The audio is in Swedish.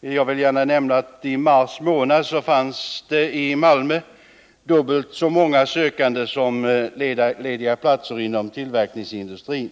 Jag vill gärna nämna att i mars månad fanns i Malmö mer än dubbelt så många sökande som lediga platser inom tillverkningsindustrin.